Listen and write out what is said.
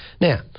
now